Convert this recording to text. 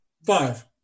five